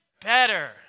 Better